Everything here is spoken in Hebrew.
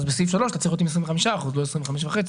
בסעיף 3 אתה צריך להיות עם 25 אחוזים ולא 25.5 אחוזים.